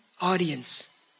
audience